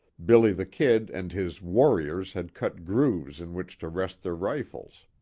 billy the kid and his warriors had cut grooves in which to rest their rifles.